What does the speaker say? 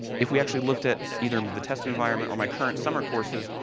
if we actually looked at either the test environment or my current summer courses,